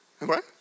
right